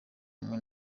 hamwe